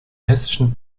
hessischen